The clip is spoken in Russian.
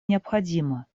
необходима